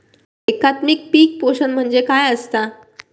एकात्मिक पीक पोषण म्हणजे काय असतां?